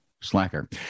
slacker